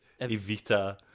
Evita